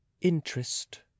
interest